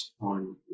on